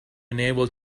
unable